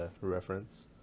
reference